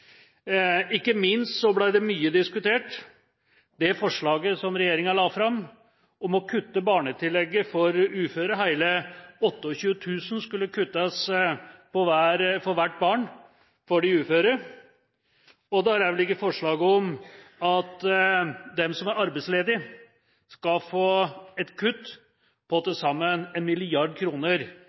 Ikke minst ble det mye diskutert det forslaget som regjeringa la fram om å kutte i barnetillegget for uføre. Hele 28 000 kr skulle kuttes for hvert barn for de uføre, og det har også foreligget forslag om at de som er arbeidsledige, skal få et kutt på til sammen